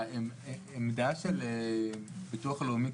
העמדה של הביטוח הלאומי,